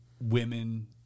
women